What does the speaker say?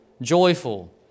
joyful